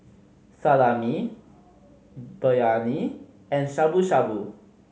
Salami Biryani and Shabu Shabu